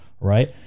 right